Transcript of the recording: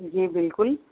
جی بالکل